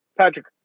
Patrick